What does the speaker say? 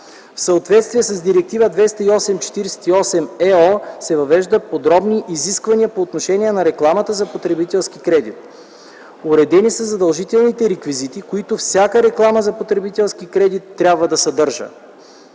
В съответствие с Директива 2008/48/ЕО се въвеждат подробни изисквания по отношение на рекламата за потребителски кредит. Уредени са задължителните реквизити, които всяка реклама за потребителски кредит трябва да съдържа.